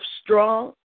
strong